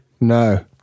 No